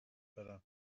better